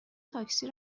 تاکسی